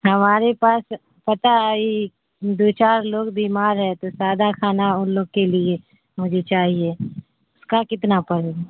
ہمارے پاس پتہ ہے ای دو چار لوگ بیمار ہے تو سادہ کھانا ان لوگ کے لیے مجھے چاہیے اس کا کتنا پڑے گا